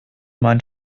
mein